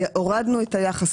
הורדנו את היחס,